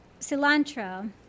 cilantro